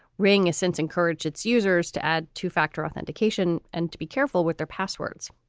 ring a sense, encourage its users to add two factor authentication and to be careful with their passwords.